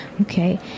Okay